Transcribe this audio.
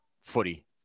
footy